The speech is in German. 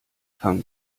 fang